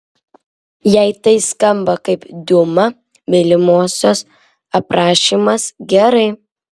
jei tai skamba kaip diuma mylimosios aprašymas gerai